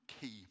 key